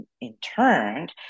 interned